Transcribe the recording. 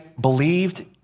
believed